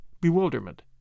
bewilderment